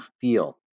feel